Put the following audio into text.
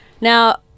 Now